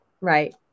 Right